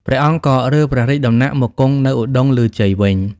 ព្រះអង្គក៏រើព្រះរាជដំណាក់មកគង់នៅឧត្តុង្គឮជ័យវិញ ។